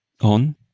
on